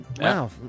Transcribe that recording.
Wow